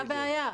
מה הבעיה?